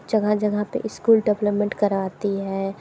जगह जगह पर स्कूल डेवलपमेंट कराती है